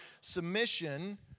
Submission